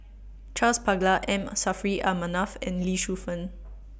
Charles Paglar M Saffri A Manaf and Lee Shu Fen